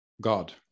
God